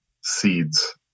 seeds